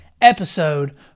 episode